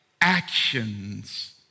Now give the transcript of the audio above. actions